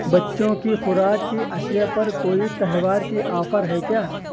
بچوں کی خوراک کی اشیا پر کوئی تہوار کی آفر ہے کیا